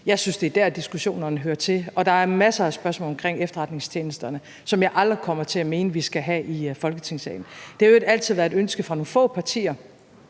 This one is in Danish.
jeg synes, at det er der, diskussionerne hører til. Der er masser af spørgsmål omkring efterretningstjenesterne, som jeg aldrig kommer til at mene at vi skal tale om i Folketingssalen. Det har i øvrigt altid været et ønske fra nogle få partier